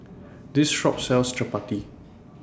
This Shop sells Chappati